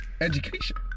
Education